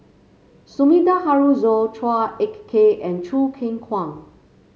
Sumida Haruzo Chua Ek Kay and Choo Keng Kwang